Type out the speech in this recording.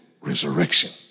resurrection